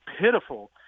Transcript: pitiful